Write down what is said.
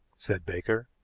said baker.